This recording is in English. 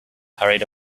hurried